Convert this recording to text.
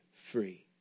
free